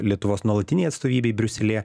lietuvos nuolatinei atstovybei briuselyje